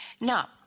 Now